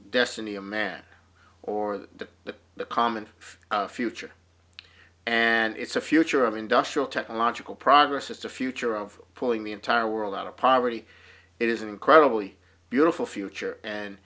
destiny a man or the the the common future and it's a future of industrial technological progress is the future of pulling the entire world out of poverty it is an incredibly beautiful future and